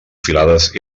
filades